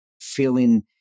feeling